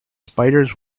spiders